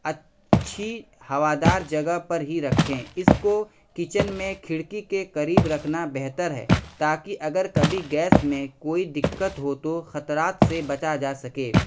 اچھی ہوادار جگہ پر ہی رکھیں اس کو کچن میں کھڑکی کے قریب رکھنا بہتر ہے تاکہ اگر کبھی گیس میں کوئی دقت ہو تو خطرات سے بچا جا سکے